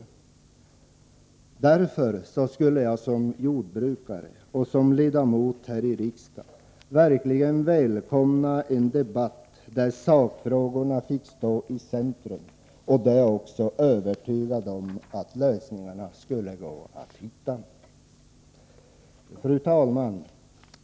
Mot denna bakgrund skulle jag som jordbrukare och som ledamot av riksdagen verkligen välkommna en debatt där sakfrågorna fick stå i centrum. Jag är övertygad om att lösningarna skulle gå att hitta om en sådan debatt fördes. Fru talman!